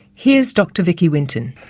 here's dr vicky winton.